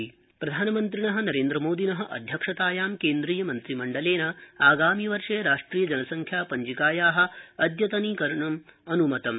मन्त्रिमण्डलम् प्रधानमन्त्रिणो नरेन्द्र मोदिन अध्यक्षतायां केन्द्रीयमन्त्रिमण्डलेन आगामि वर्षे राष्ट्रियजनसङ्ख्यापञ्जिकाया अद्यतनीकरणम् अनुमतम्